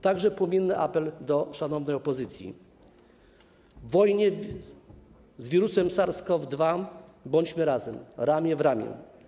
Także płomienny apel do szanownej opozycji: w wojnie z wirusem SARS-CoV-2 bądźmy razem, ramię w ramię.